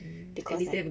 because I